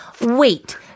Wait